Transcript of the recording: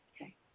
Okay